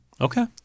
Okay